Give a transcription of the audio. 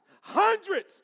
hundreds